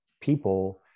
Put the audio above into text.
people